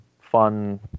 fun